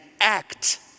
act